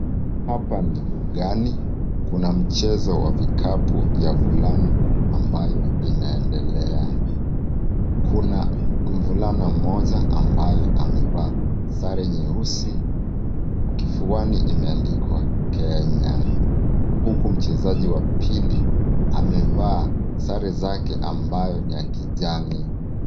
Hapa ni ugani, kuna mchezo wa vikapu ya vulani ambayo inaendelea. Kuna mvulana mmoja ambaye amevaa sare nyeusi, kifuani imeandikwa Kenya, huku mchezaji wa pili amevaa sare zake ambayo ni ya kijani.